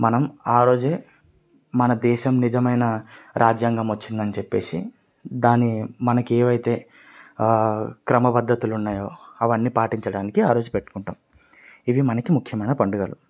మనం ఆరోజే మన దేశం నిజమైన రాజ్యాంగం వచ్చిందని చెప్పేసి దాన్ని మనకి ఏవైతే ఆ క్రమ పద్ధతులున్నాయో అవన్నీ పాటించడానికి ఆరోజు పెట్టుకుంటాము ఇవి మనకి ముఖ్యమైన పండుగలు